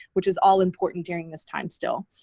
which is all important during this time still.